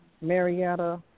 Marietta